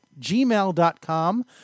gmail.com